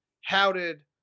how-did